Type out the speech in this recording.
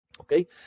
Okay